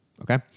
okay